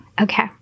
Okay